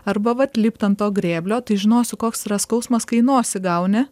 arba vat lipt ant to grėblio tai žinosiu koks yra skausmas kai į nosį gauni